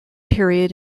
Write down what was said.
period